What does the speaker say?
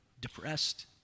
depressed